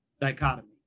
dichotomy